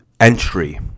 entry